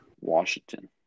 Washington